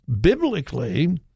biblically—